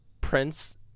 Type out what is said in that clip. prince